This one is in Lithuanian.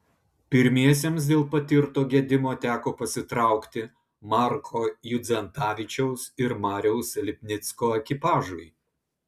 pirmiesiems dėl patirto gedimo teko pasitraukti marko judzentavičiaus ir mariaus lipnicko ekipažui